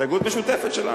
הסתייגות משותפת שלנו.